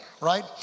right